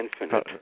Infinite